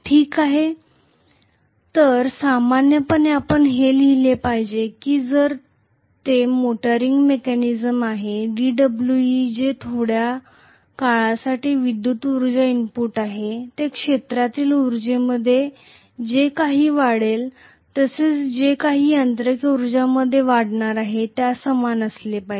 ठीक आहे तर सामान्यपणे आपण हे लिहिले पाहिजे की जर ते मोटरिंग मेकॅनिझम आहे dWe जे थोड्या काळासाठी विद्युत उर्जा इनपुट आहे जे क्षेत्रातील उर्जेमध्ये जे काही वाढेल तसेच जे काही यांत्रिक उर्जामध्ये वाढणार आहे त्या समान असले पाहिजे